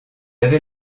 avait